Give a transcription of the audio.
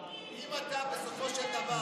אם אתה בסופו של דבר